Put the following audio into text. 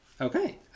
Okay